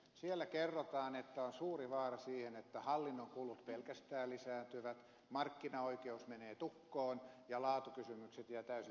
siellä kerrotaan että on suuri vaara että hallinnon kulut pelkästään lisääntyvät markkinaoikeus menee tukkoon ja laatukysymykset jäävät täysin toissijaisiksi